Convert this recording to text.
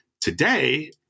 Today